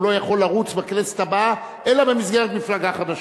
הוא לא יכול לרוץ בכנסת הבאה אלא במסגרת מפלגה חדשה.